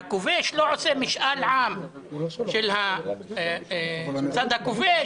והכובש לא עושה משאל עם של הצד הכובש,